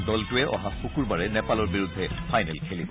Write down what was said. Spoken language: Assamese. দলটোৱে অহা শুকুৰবাৰে নেপালৰ বিৰুদ্ধে ফাইনেল খেলিব